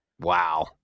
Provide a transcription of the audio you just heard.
Wow